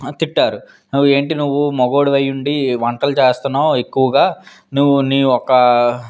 తిట్టారు నువ్వు ఏంటి నువ్వు మగాడివి అయిఉండి వంటలు చేస్తున్నావు ఎక్కువగా నువ్వు నీ ఒక